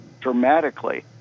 dramatically